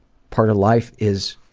part of life is